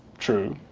true.